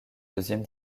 deuxième